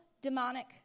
demonic